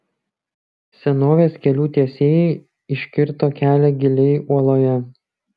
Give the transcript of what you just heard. senovės kelių tiesėjai iškirto kelią giliai uoloje